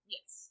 Yes